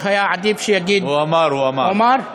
הוא אמר, הוא אמר.